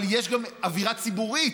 אבל יש גם אווירה ציבורית,